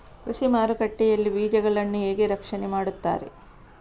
ಕೃಷಿ ಮಾರುಕಟ್ಟೆ ಯಲ್ಲಿ ಬೀಜಗಳನ್ನು ಹೇಗೆ ರಕ್ಷಣೆ ಮಾಡ್ತಾರೆ?